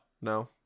no